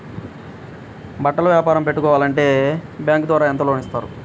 బట్టలు వ్యాపారం పెట్టుకోవాలి అంటే బ్యాంకు ద్వారా ఎంత లోన్ ఇస్తారు?